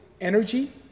energy